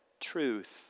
Truth